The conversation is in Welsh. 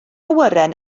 awyren